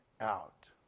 out